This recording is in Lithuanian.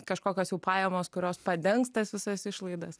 kažkokios jau pajamos kurios padengs tas visas išlaidas